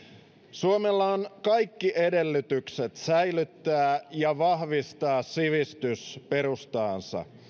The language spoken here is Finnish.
suomella on kaikki edellytykset säilyttää ja vahvistaa sivistysperustaansa